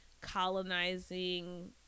colonizing